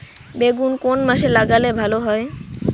বেগুন কোন মাসে লাগালে ভালো হয়?